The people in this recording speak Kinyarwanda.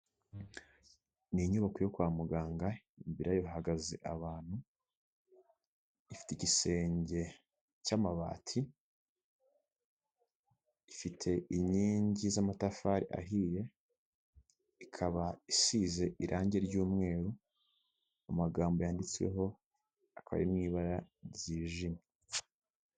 Ni inyubako yo kwa muganga imbere yayo hahagaze abantu, ifite igisenge cy'amabati, ifite inkingi z'amatafari ahiye, ikaba isize irangi ry'umweru amagambo yanditseho akaba ari mu ibara ryijimye.